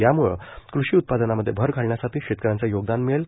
यामुळं कृषी उत्पादनामध्ये भर घालण्यासाठी शेतकऱ्यांचं योगदान मिळेल